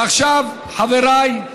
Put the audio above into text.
ועכשיו חבריי,